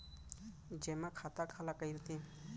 जेमा खाता काला कहिथे?